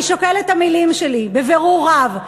אני שוקלת את המילים שלי בבירור רב.